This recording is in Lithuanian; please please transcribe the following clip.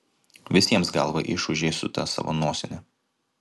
visiems galvą išūžei su ta savo nosine